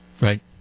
Right